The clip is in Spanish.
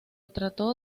trató